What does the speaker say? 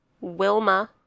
Wilma